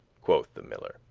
quoth the miller,